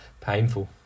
painful